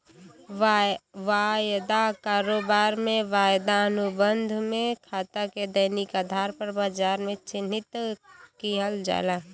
वायदा कारोबार में, वायदा अनुबंध में खाता के दैनिक आधार पर बाजार में चिह्नित किहल जाला